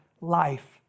life